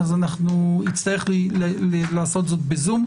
יצטרך לעשות זאת בזום.